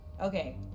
Okay